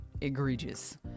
egregious